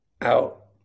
out